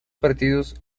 partidos